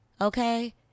okay